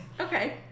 Okay